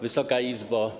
Wysoka Izbo!